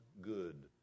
good